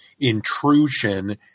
intrusion